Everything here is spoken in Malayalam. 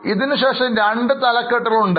ഇതിനു ശേഷം രണ്ട് തലക്കെട്ടുകൾ ഉണ്ട്